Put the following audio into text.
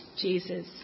Jesus